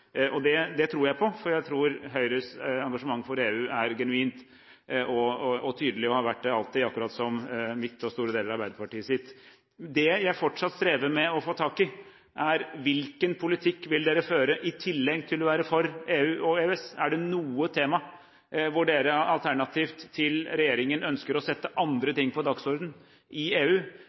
Det tror jeg på, for jeg tror Høyres engasjement for EU er genuint og tydelig, og har vært det alltid, akkurat som mitt og store deler av Arbeiderpartiets. Det jeg fortsatt strever med å få tak i, er: Hvilken politikk vil dere føre i tillegg til å være for EU og EØS? Er det noe tema hvor dere – alternativt til regjeringen – ønsker å sette andre ting på dagsordenen i EU?